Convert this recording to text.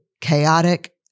chaotic